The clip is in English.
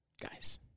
guys